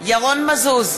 ירון מזוז,